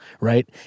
right